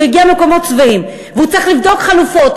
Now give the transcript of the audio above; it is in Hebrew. הוא הגיע ממקומות שבעים והוא צריך לבדוק חלופות,